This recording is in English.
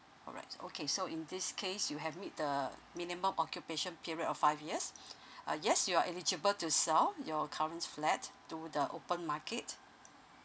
alright okay so in this case you have meet the minimum occupation period of five years uh yes you're eligible to sell your current flat to the open market